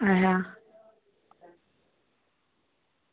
अच्छा